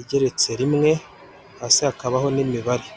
igeretse rimwe hasi hakabaho n'imibare.